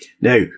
Now